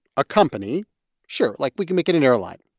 a company sure, like, we can make it an airline.